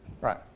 Right